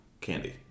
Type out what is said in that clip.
candy